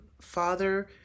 father